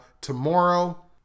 tomorrow